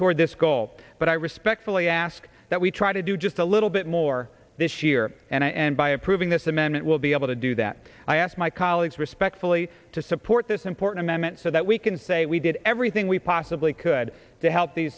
toward this goal but i respectfully ask that we try to do just a little bit more this year and by approving this amendment will be able to do that i asked my colleagues respectfully to support this important amendment so that we can say we did everything we possibly could to help the